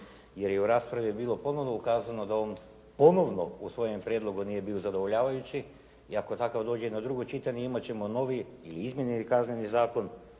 jer je u raspravi bilo ponovno ukazano da on ponovno u svojem prijedlogu nije bio zadovoljavajući i ako takav dođe na drugo čitanje imati ćemo novi i izmijenjeni Kazneni zakon